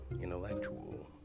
intellectual